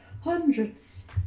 hundreds